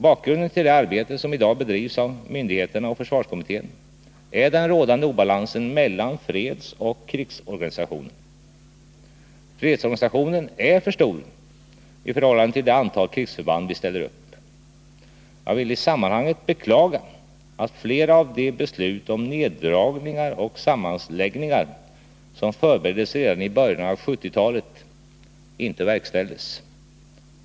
Bakgrunden till det arbete som i dag bedrivs av myndigheterna och försvarskommittén är den rådande obalansen mellan fredsoch krigsorganisation. Fredsorganisationen är för stor i förhållande till det antal krigsförband vi ställer upp. Jag vill isammanhanget beklaga att flera av de beslut om neddragningar och sammanläggningar som förbereddes redan i början på 1970-talet inte verkställdes.